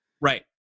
Right